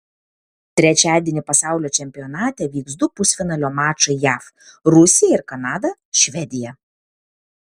trečiadienį pasaulio čempionate vyks du pusfinalio mačai jav rusija ir kanada švedija